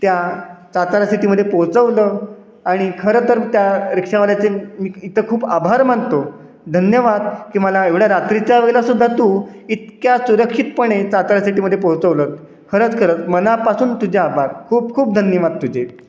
त्या सातारा सिटीमध्ये पोचवलं आणि खरं तर त्या रिक्षावाल्याचे मी इथं खूप आभार मानतो धन्यवाद की मला एवढ्या रात्रीच्या वेळेलासुद्धा तू इतक्या सुरक्षितपणे सातारा सिटीमध्ये पोचवलंत खरंच खरंच मनापासून तुझे आभार खूप खूप धन्यवाद तुझे